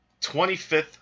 25th